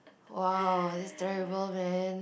!wow! that's terrible man